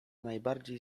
najbardziej